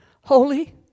Holy